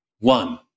one